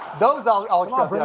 those i'll i'll accept. yeah